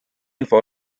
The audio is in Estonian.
info